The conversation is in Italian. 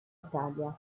italia